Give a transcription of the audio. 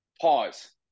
Pause